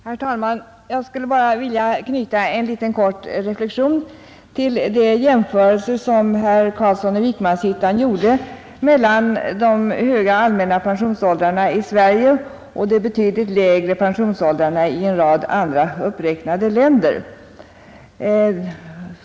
Herr talman! Jag skulle bara vilja knyta en liten kort reflexion till de jämförelser som herr Carlsson i Vikmanshyttan gjorde mellan de höga allmänna pensionsåldrarna i Sverige och de betydligt lägre pensionsåldrarna i en rad andra uppräknade länder.